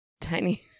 tiny